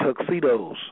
tuxedos